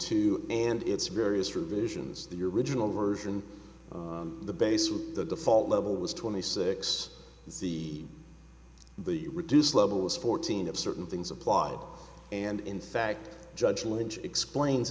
two and its various revisions the original version the base of the default level was twenty six c the reduced level was fourteen of certain things applied and in fact judge lynch explains